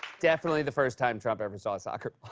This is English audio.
definitely the first time trump ever saw a soccer